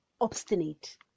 obstinate